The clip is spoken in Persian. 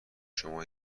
شما